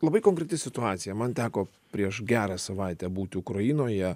labai konkreti situacija man teko prieš gerą savaitę būti ukrainoje